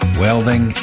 welding